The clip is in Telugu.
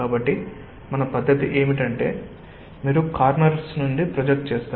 కాబట్టి మన పద్ధతి ఏమిటి మీరు కార్నర్స్ నుండి ప్రొజెక్ట్ చేస్తారు